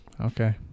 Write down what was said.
Okay